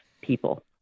people